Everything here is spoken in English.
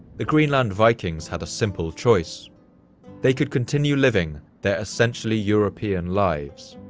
the greenland vikings had a simple choice they could continue living their essentially european lives,